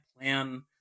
plan